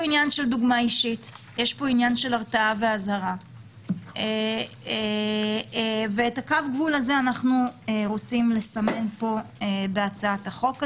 את קו הגבול הזה אנחנו רוצים לסמן בהצעת החוק הזאת.